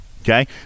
okay